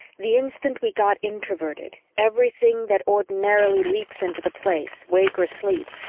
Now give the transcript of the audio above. the instant we got introverted, everything that ordinarily leaks into the place, wake or sleep,